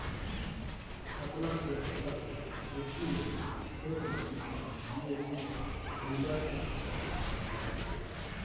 फसलक पोषक तत्व पुर्ति लेल खेतमे किसान डी.ए.पी आ युरिया सनक बहुत खाद छीटय छै